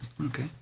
Okay